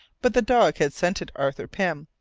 but the dog had scented arthur pym,